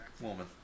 woman